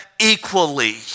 equally